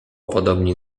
podobni